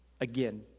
again